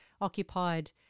occupied